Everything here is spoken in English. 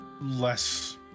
less